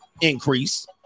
increase